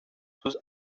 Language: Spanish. sus